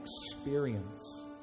experience